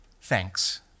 Thanks